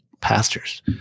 pastors